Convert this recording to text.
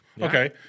Okay